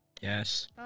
Yes